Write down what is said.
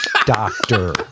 doctor